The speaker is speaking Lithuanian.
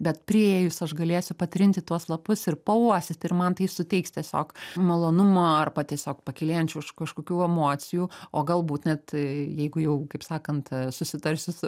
bet priėjus aš galėsiu patrinti tuos lapus ir pauostyti ir man tai suteiks tiesiog malonumą arba tiesiog pakylėjančių kažkokių emocijų o galbūt net jeigu jau kaip sakant susitarsiu su